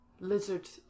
Lizards